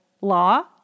law